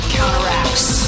Counteracts